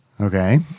Okay